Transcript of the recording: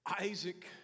Isaac